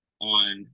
on